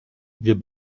wir